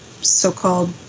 so-called